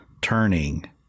turning